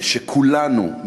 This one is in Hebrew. שכולנו,